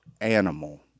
animal